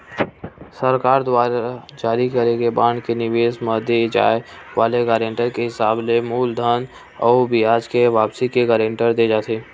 सरकार दुवार जारी करे के बांड के निवेस म दे जाय वाले गारंटी के हिसाब ले मूलधन अउ बियाज के वापसी के गांरटी देय जाथे